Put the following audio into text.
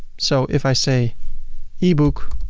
so if i say ebook,